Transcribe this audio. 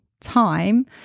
time